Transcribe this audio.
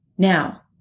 Now